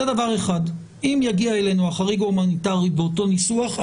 אם יגיע אלינו החריג ההומניטרי באותו ניסוח,